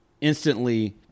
instantly